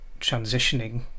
transitioning